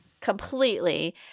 completely